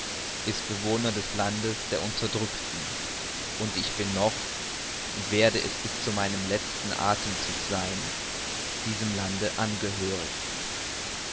ist bewohner des landes der unterdrückten und ich bin noch und werde es bis zu meinem letzten athemzug sein diesem lande angehörig